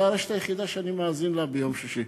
זו הרשת היחידה שאני מאזין לה ביום שישי.